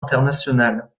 internationales